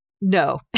no